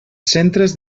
centres